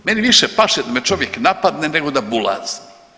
Meni više paše da me čovjek napadne nego da bulazni.